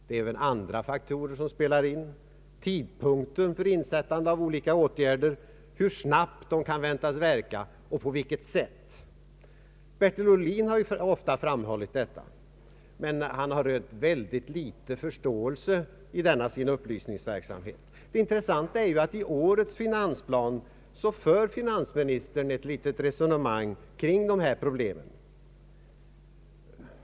Det är också andra faktorer som spelar in: tidpunkten för insättande av olika åtgärder, hur snabbt de kan väntas verka och på vilket sätt. Bertil Ohlin har ofta framhållit detta, men han har rönt ytterst liten förståelse i denna sin upplysningsverksamhet. Det intressanta är att finansministern i årets finansplan för ett litet resonemang kring dessa problem.